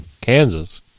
Kansas